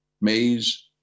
maize